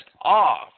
off